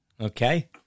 Okay